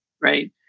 right